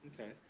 okay